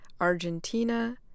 Argentina